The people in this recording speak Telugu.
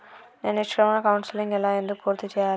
నేను నిష్క్రమణ కౌన్సెలింగ్ ఎలా ఎందుకు పూర్తి చేయాలి?